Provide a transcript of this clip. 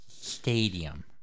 Stadium